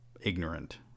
ignorant